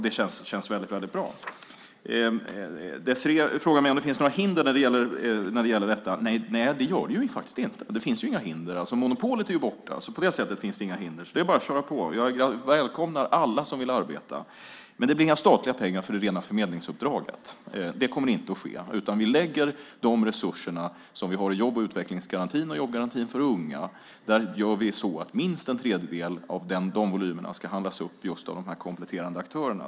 Det känns väldigt bra. Désirée frågar mig om det finns några hinder när det gäller detta. Det gör det faktiskt inte. Monopolet är borta, och på det viset finns inga hinder. Det är bara att köra på. Jag välkomnar alla som vill arbeta. Men det blir inga statliga pengar för det rena förmedlingsuppdraget. Det kommer inte att ske. Vi lägger de resurser vi har i jobb och utvecklingsgarantin och jobbgarantin för unga. Där gör vi så att minst en tredjedel ska handlas upp av de kompletterande aktörerna.